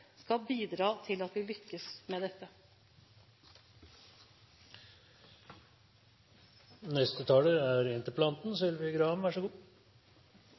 skal bidra til at vi lykkes med